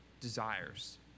desires